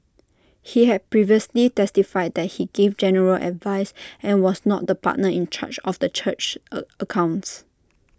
he had previously testified that he gave general advice and was not the partner in charge of the church's accounts